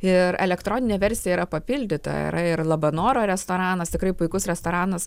ir elektroninė versija yra papildyta ir yra labanoro restoranas tikrai puikus restoranas